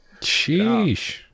Sheesh